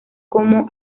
como